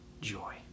joy